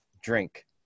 drink